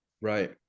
right